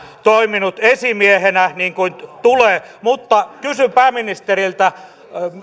toiminut esimiehenä niin kuin tulee mutta kysyn pääministeriltä